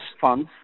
funds